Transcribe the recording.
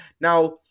Now